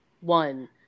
One